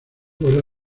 vuela